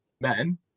men